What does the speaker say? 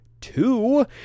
Two